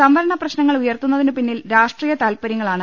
സംവരണ പ്രശ്നങ്ങൾ ഉയർത്തു ന്നതിനുപിന്നിൽ രാഷ്ട്രീയ താൽപര്യങ്ങളാണ്